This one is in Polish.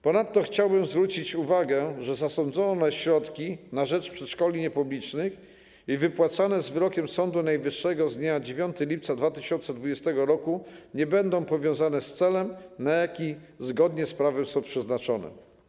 Ponadto chciałbym zwrócić uwagę że zasądzone środki na rzecz przedszkoli niepublicznych i wypłacone na podstawie wyroku Sądu Najwyższego z dnia 9 lipca 2020 r. nie będą powiązane z celem, na jaki zgodnie z prawem są przeznaczone.